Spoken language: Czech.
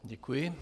Děkuji.